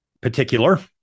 particular